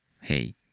hey